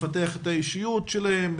לפתח את האישיות שלהם,